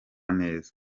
neza